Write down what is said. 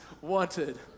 wanted